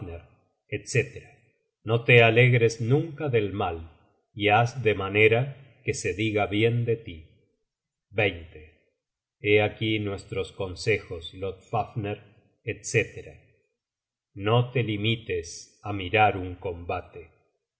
etc no te alegres nunca del mal y haz de manera que se diga bien de tí hé aquí nuestros consejos lodfafner etc no te limites á mirar un combate